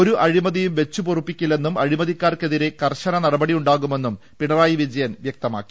ഒരു അഴിമൃതിയും വെച്ചുപൊറുപ്പിക്കില്ലെന്നും അഴിമതി ക്കാർക്കെതിരെ കർശ്ന നടപടി ഉണ്ടാകുമെന്നും പിണറായി വിജ യൻ വ്യക്തമാക്കി